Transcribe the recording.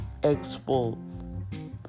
Expo